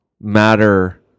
matter